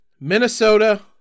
Minnesota